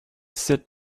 sit